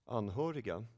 anhöriga